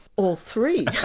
all three, yeah